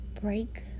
break